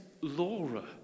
Laura